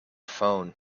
phone